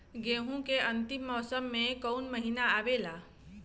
गेहूँ के अंतिम मौसम में कऊन महिना आवेला?